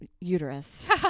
uterus